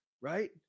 right